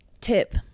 Tip